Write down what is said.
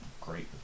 great